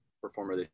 performer